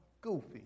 goofy